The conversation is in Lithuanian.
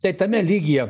tai tame lygyje